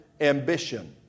ambition